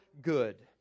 good